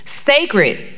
Sacred